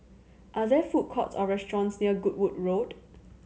are there food courts or restaurants near Goodwood Road